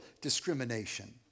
discrimination